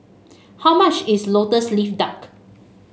how much is lotus leaf duck